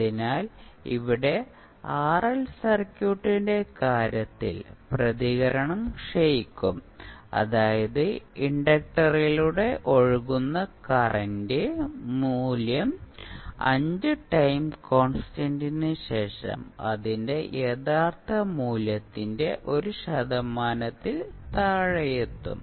അതിനാൽ ഇവിടെ ആർഎൽ സർക്യൂട്ടിന്റെ കാര്യത്തിൽ പ്രതികരണം ക്ഷയിക്കും അതായത് ഇൻഡക്ടറിലൂടെ ഒഴുകുന്ന കറന്റ് മൂല്യം 5 ടൈം കോൺസ്റ്റന്റിന് ശേഷം അതിന്റെ യഥാർത്ഥ മൂല്യത്തിന്റെ 1 ശതമാനത്തിൽ താഴെയെത്തും